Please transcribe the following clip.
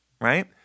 right